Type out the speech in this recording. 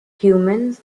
humans